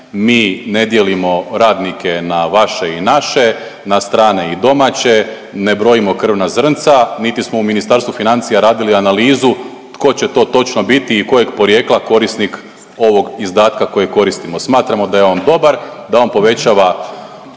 Mi ne dijelimo radnike na vaše i naše, na strane i domaće, ne brojimo krvna zrnca, niti smo u Ministarstvu financija radili analizu tko će to točno biti i kojeg je porijekla korisnik ovog izdatka kojeg koristimo, smatramo da je on dobar, da on povećava